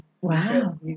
Wow